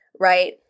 right